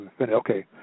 Okay